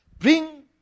Bring